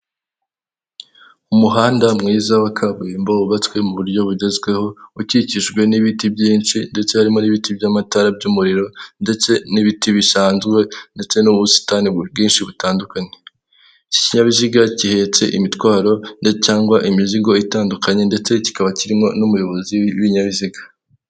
Umuhanda mwiza wa kaburimbo wubatswe mu buryo bugezweho; ukikijwe n'ibiti byinshi ndetse hari n'ibiti by'amatara by'umuriro ndetse n'ibiti bisanzwe ndetse n'ubusitani bwinshi butandukanye, iki kinyabiziga gihehetse imitwaro cyangwa imizigo itandukanye ndetse kikaba kirimo n'umuyobozi w'ibinyabiziga.